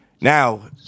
Now